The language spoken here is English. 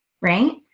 right